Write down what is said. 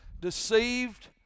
deceived